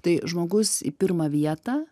tai žmogus į pirmą vietą